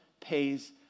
pays